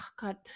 god